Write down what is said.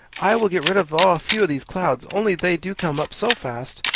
i will get rid of a few of these clouds only they do come up so fast!